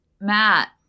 Matt